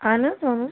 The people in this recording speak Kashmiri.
اَہَن حظ